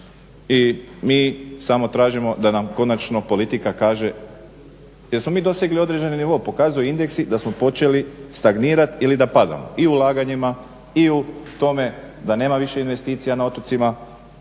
i mi samo tražimo da nam konačno politika kaže jesmo mi dosegnuli određeni nivo, pokazuje indexi da smo počeli stagnirati ili da padamo i u ulaganjima i u tome da nema više investicija na otocima,